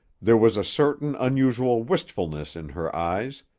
there was a certain unusual wistfulness in her eyes,